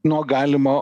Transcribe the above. nuo galimo